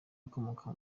ukomoka